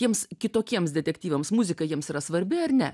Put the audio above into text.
tiems kitokiems detektyvams muzika jiems yra svarbi ar ne